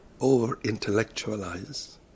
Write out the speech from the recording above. over-intellectualize